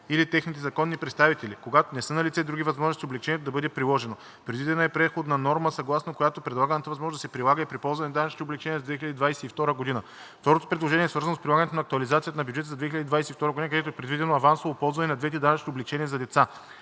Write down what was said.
или техните законни представители, когато не са налице други възможности облекчението да бъде приложено. Предвидена е преходна норма, съгласно която предлаганата възможност да се прилага и при ползване на данъчните облекчения за 2022 г. Второто предложение е свързано с прилагането на актуализацията на бюджета за 2022 г., където е предвидено авансово ползване на двете данъчни облекчения за деца.